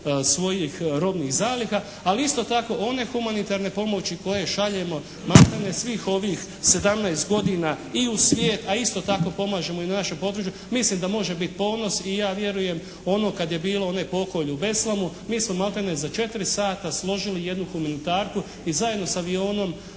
svojih robnih zaliha, ali isto tako one humanitarne pomoći koje šaljemo maltene svih ovih 17 godina i u svijet, a isto tako pomažemo i na našem području, mislim da može biti ponos i ja vjerujem ono kad je bilo, onaj pokolj u Beslamu mi smo maltene za 4 sata složili jednu humanitarku i zajedno s avionom